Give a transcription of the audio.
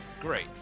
great